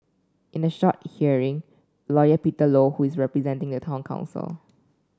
in a short hearing lawyer Peter Low who is representing the town council